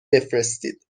بفرستید